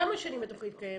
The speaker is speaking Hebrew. כמה שנים התוכנית קיימת?